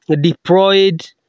deployed